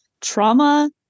trauma